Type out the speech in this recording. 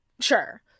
sure